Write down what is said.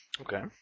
Okay